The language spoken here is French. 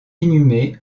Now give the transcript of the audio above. inhumé